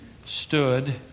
stood